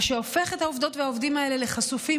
מה שהופך את העובדות והעובדים האלה לחשופים